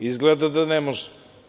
Izgleda da ne može.